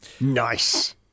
Nice